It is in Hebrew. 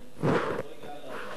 מי שלא הלך ברגל, מי שלא הלך למדינה שנייה,